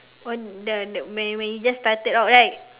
on the the when you when you just started out right